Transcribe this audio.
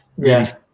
Yes